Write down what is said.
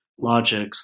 logics